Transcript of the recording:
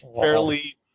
fairly